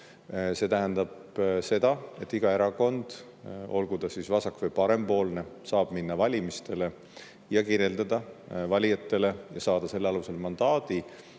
See tähendab seda, et iga erakond, olgu ta siis vasak- või parempoolne, saab minna valimistele ja kirjeldada valijatele ja saada selle alusel mandaadi,